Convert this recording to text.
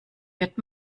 wird